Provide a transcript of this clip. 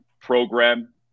program